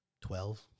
twelve